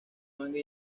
manga